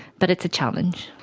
but it's a challenge.